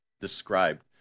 described